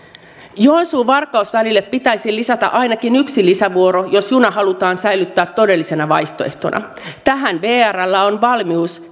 joensuu varkaus välille pitäisi lisätä ainakin yksi lisävuoro jos juna halutaan säilyttää todellisena vaihtoehtona tähän vrllä on valmius